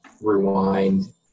rewind